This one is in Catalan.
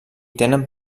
tenen